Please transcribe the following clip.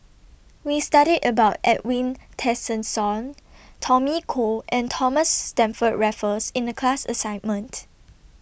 We studied about Edwin Tessensohn Tommy Koh and Thomas Stamford Raffles in The class assignment